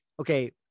Okay